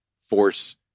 force